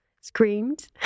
screamed